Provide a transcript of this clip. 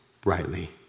brightly